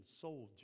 soldier